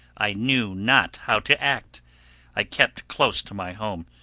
i knew not how to act i kept close to my home,